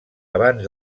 abans